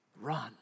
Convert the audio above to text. run